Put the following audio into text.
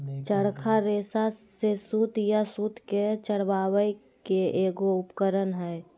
चरखा रेशा से सूत या सूत के चरावय के एगो उपकरण हइ